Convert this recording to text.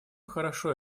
хорошо